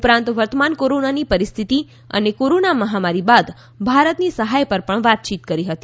ઉપરાંત વર્તમાન કોરોનાની પરિસ્થિતિ અને કોરોના મહામારી બાદ ભારતની સહાય પર પણ વાતચીત કરી હતી